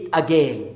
again